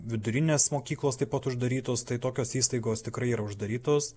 vidurinės mokyklos taip pat uždarytos tai tokios įstaigos tikrai yra uždarytos